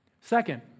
Second